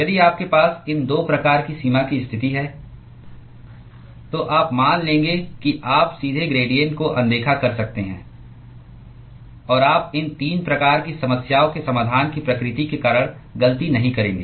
यदि आपके पास इन 2 प्रकार की सीमा की स्थिति है तो आप मान लेंगे कि आप सीधे ग्रेडियेंट को अनदेखा कर सकते हैं और आप इन 3 प्रकार की समस्याओं के समाधान की प्रकृति के कारण गलती नहीं करेंगे